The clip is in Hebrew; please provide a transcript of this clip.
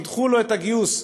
וידחו לו את הגיוס.